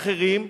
ואחרים,